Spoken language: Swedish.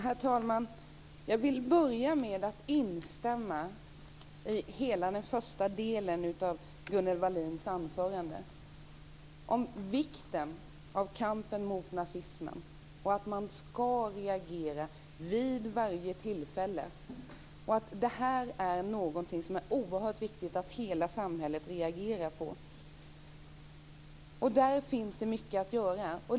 Herr talman! Jag vill börja med att instämma i hela den första delen av Gunnel Wallins anförande om vikten av kampen mot nazismen. Man ska reagera vid varje tillfälle. Det är oerhört viktigt att hela samhället reagerar på detta. Där finns det mycket att göra.